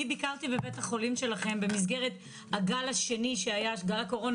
אני ביקרתי בבית החולים שלכם במסגרת הגל השני של הקורונה,